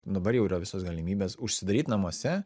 dabar jau yra visos galimybės užsidaryt namuose